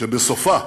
שבסופה,